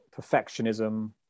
perfectionism